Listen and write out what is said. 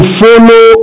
follow